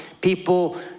people